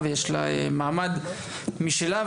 שיש לה מעמד משלה,